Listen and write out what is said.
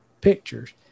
pictures